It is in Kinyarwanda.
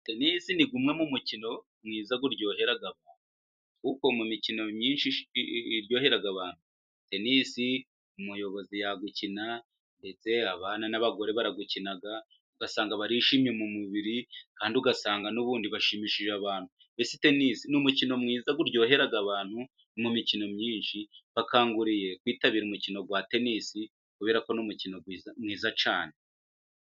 Tenisi ni umwe mu mukino mwiza uryohera abantu kuko mu mikino myinshi iryohera abantu tenisi umuyobozi yawukina ndetse abana n'abagore barawukina ugasanga barishimye mu mubiri kandi ugasanga n'ubundi bashimishije abantu. Mbese tenisi ni umukino mwiza uryohera abantu mu mikino myinshi mbakanguriye kwitabira umukino wa tenisi kubera ko ni umukino mwiza cyane.